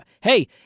hey